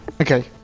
okay